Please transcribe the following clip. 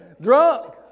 drunk